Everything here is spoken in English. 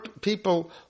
people